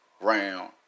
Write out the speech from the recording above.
round